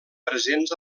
presents